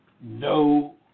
no